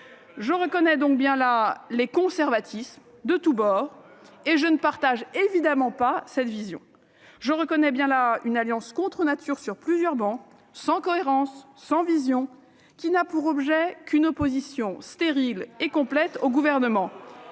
Je reconnais bien là les conservatismes de tous bords dont je ne partage évidemment pas la vision. Je reconnais bien là une alliance contre-nature sur plusieurs travées, sans cohérence, sans vision, qui n'a pour objet qu'une opposition stérile et complète au Gouvernement.